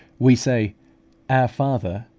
we say our father,